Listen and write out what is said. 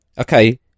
Okay